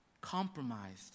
compromised